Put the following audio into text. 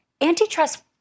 Antitrust